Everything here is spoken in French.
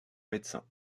médecin